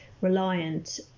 reliant